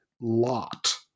lot